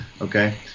okay